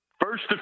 First